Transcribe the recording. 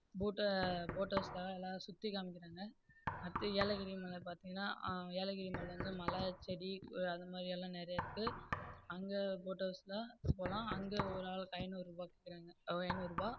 போட்டு போட் ஹவுஸை தான் எல்லாம் சுற்றி காம்மிக்கிறாங்க அடுத்தது ஏலகிரி மலை பார்த்திங்கன்னா ஏலகிரி மலையில் வந்து மலை செடி அதுமாதிரியெல்லாம் நிறைய இருக்குது அங்கே போட் ஹவுஸில் போகலாம் அங்கே ஒரு ஆளுக்கு ஐநூறுபா கேக்கிறாங்க ஐநூறுபா